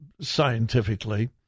scientifically